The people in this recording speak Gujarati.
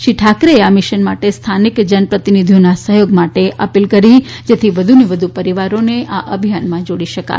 શ્રી ઠાકરેએ આ મિશન માટે સ્થાનિક જન પ્રતિનિધિઓના સહયોગ માટે અપીલ કરી જેથી વધુને વધુ પરીવારોને આ અભિયાનમાં જોડી શકાય